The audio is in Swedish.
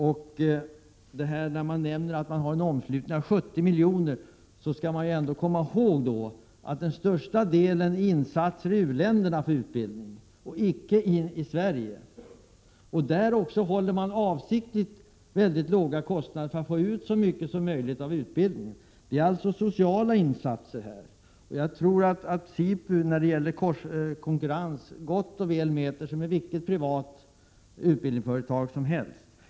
När det därför nämns att SIPU har en omslutning av 70 milj.kr. skall vi komma ihåg att den största delen utgör insatser för utbildning i u-länderna, inte i Sverige. Också där håller man avsiktligt kostnaderna mycket låga för att få ut så mycket som möjligt av utbildningen. Det är alltså fråga om sociala insatser. Jag tror att SIPU i konkurrensen gott och väl mäter sig med vilket privat utbildningsföretag som helst.